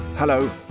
Hello